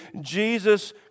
Jesus